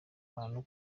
abantu